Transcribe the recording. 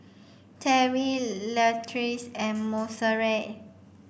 Terri Latrice and Monserrat